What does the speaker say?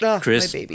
Chris